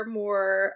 more